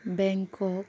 Bangkok